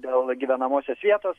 dėl gyvenamosios vietos